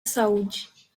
saúde